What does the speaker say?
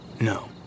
No